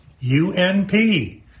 UNP